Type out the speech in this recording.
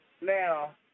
Now